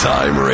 Time